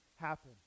happen